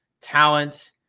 talent